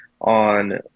on